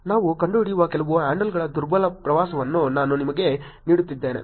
ನಾವು ಕಂಡುಕೊಂಡಿರುವ ಕೆಲವು ಹ್ಯಾಂಡಲ್ಗಳ ದುರ್ಬಲ ಪ್ರವಾಸವನ್ನು ನಾನು ನಿಮಗೆ ನೀಡುತ್ತಿದ್ದೇನೆ